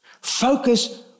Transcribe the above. Focus